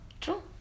True